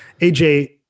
AJ